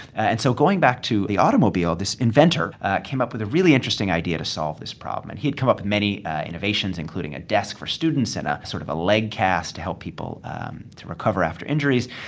and so going back to the automobile, this inventor came up with a really interesting idea to solve this problem. and he had come up with many innovations, including a desk for students and a sort of a leg cast to help people to recover after injuries.